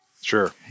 sure